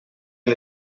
and